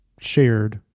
shared